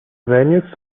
venues